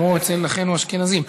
כמו אצל אחינו האשכנזים.